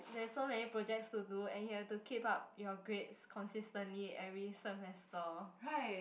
there's so many projects to do and you have to keep up your grade consistently every semester